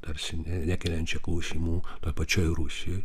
tarsi ne nekeliančia klausimų toj pačioj rusijoj